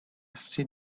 sit